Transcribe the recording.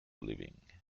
living